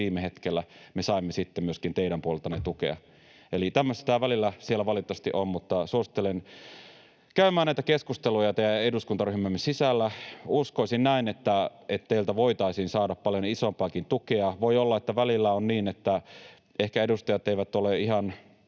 viime hetkellä, me saimme sitten myöskin teidän puoleltanne tukea. Eli tämmöistä tämä välillä siellä valitettavasti on, mutta suosittelen käymään näitä keskusteluja teidän eduskuntaryhmän sisällä. Uskoisin, että teiltä voitaisiin saada paljon isompaakin tukea. Voi olla, että välillä on niin, että ehkä edustajat eivät ole